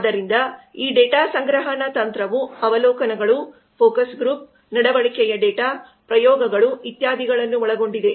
ಆದ್ದರಿಂದ ಈ ಡೇಟಾ ಸಂಗ್ರಹಣಾ ತಂತ್ರವು ಅವಲೋಕನಗಳು ಫೋಕಸ್ ಗ್ರೂಪ್ ನಡವಳಿಕೆಯ ಡೇಟಾ ಪ್ರಯೋಗಗಳು ಇತ್ಯಾದಿಗಳನ್ನು ಒಳಗೊಂಡಿದೆ